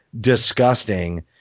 disgusting